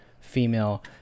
female